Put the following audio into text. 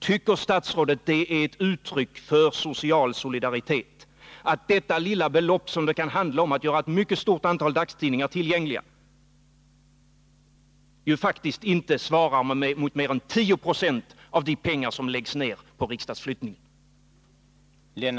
Tycker statsrådet att detta är ett uttryck för social solidaritet? Det lilla belopp som det kan handla om för att göra ett mycket stort antal dagstidningar tillgängliga svarar faktiskt inte mot mer än 10 90 av de pengar som läggs ned på riksdagsflyttningen,